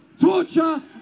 torture